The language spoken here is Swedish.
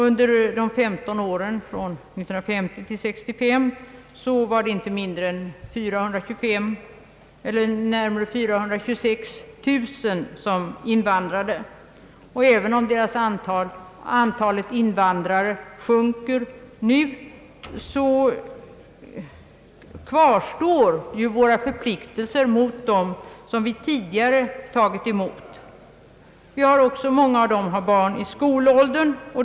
Under de 15 åren från 1950 till 1965 har inte mindre än 426 000 personer invandrat. Även om antalet invandrare sjunker nu kvarstår dock våra förpliktelser mot dem som vi tidigare har tagit emot. Många av dem har barn i skolåldern.